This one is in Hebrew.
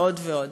ועוד ועוד.